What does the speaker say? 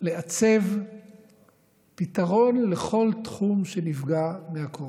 לעצב פתרון לכל תחום שנפגע מהקורונה.